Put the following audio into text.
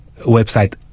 website